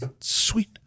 sweet